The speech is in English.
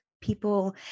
people